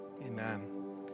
Amen